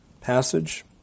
passage